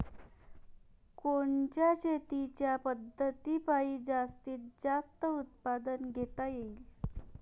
कोनच्या शेतीच्या पद्धतीपायी जास्तीत जास्त उत्पादन घेता येईल?